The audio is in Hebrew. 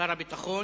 שר הביטחון,